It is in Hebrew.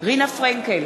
רינה פרנקל,